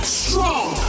strong